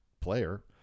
player